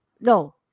No